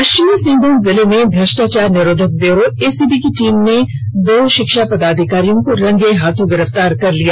पश्चिम सिंहभूम जिले में भ्रष्टाचार निरोधक ब्यूरो एसीबी की टीम ने दो शिक्षा पदाधिकारियों को रंगे हाथों गिरफ्तार कर लिया